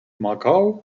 macao